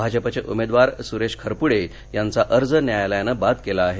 भाजपचे उमेदवार सुरेश खरपूडे यांचा अर्ज न्यायालयानं बाद केला आहे